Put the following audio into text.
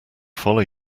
follow